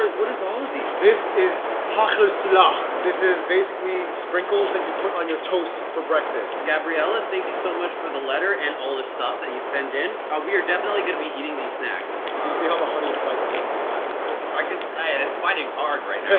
what is all of these? this is hotter stuff this is basically sprinkles that you put on your toast for breakfast, gabriella thank you so much for the letter and all the stuff that you send in ah we are definitely gonna be eating these snacks. i can see how the honey fights against the black licorice i can say it's fighting hard, right?